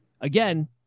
Again